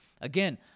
Again